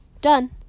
done